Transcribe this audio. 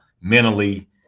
mentally